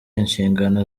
inshingano